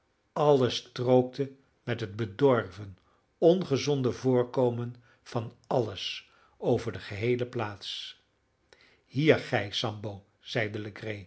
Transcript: kleeren alles strookte met het bedorven ongezonde voorkomen van alles over de geheele plaats hier gij sambo zeide